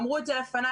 אמרו את זה לפני.